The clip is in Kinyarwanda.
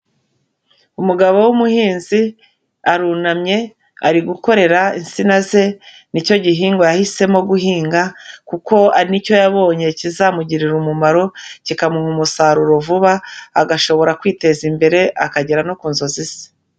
Umugabo w'umuhinzi arunamye ari gukorera insina ze, ni cyo gihingwa yahisemo guhinga kuko aricyo yabonye kizamugirira umumaro, kikamuha umusaruro vuba agashobora kwiteza imbere akagera no ku nzozi ze.